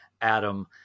Adam